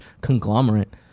conglomerate